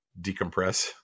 decompress